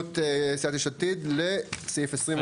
הסתייגות סיעת יש עתיד לסעיף 26?